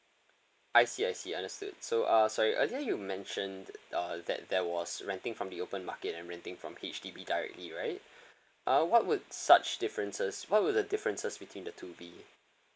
I see I see understood so uh sorry I think you mentioned uh that there was renting from the open market and renting from H_D_B directly right uh what would such differences what would the differences between the two be